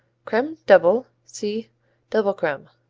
creme double see double-creme.